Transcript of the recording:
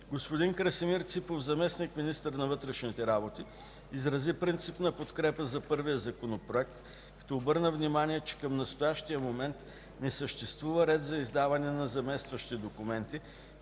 Г-н Красимир Ципов – заместник-министър на вътрешните работи изрази принципна подкрепа за първия законопроект, като обърна внимание, че към настоящия момент не съществува ред за издаване на заместващи документи,